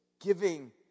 giving